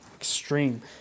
extreme